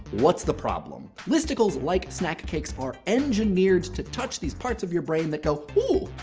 what's the problem? listicles, like snack cakes, are engineered to touch these parts of your brain that go, ooh!